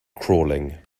crawling